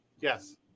Yes